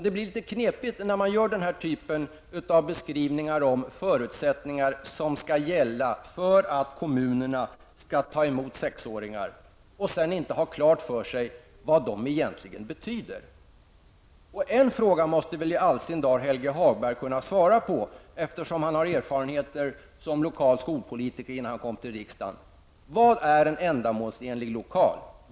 Det blir litet knepigt när man gör den här typen av beskrivningar av förutsättningar som skall gälla för att kommunerna skall ta emot sexåringar och sedan inte har klart för sig vad de egentligen betyder. En fråga måste väl ändå Helge Hagberg kunna svara på, eftersom han har erfarenhet som lokal skolpolitiker innan han kom till riksdagen: Vad är en ändamålsenlig lokal?